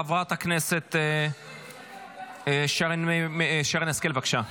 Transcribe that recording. חברת הכנסת שרן השכל, בבקשה.